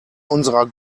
unserer